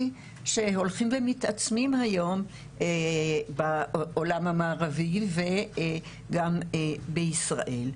שהולכים ומתעצמים היום בעולם המערבי וגם בישראל,